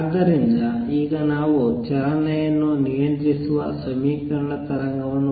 ಆದ್ದರಿಂದ ಈಗ ನಾವು ಚಲನೆಯನ್ನು ನಿಯಂತ್ರಿಸುವ ಸಮೀಕರಣ ತರಂಗವನ್ನು ಬರೆಯೋಣ